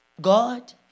God